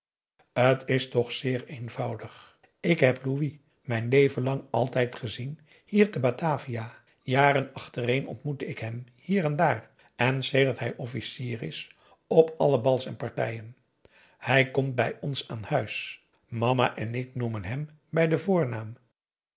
t is toch zeer eenvoudig ik heb louis mijn leven lang altijd gezien hier te batavia jaren achtereen ontmoette ik hem hier en daar en sedert hij officier is op alle bals en partijen hij komt bij ons aan huis mama en ik noemen hem bij den voornaam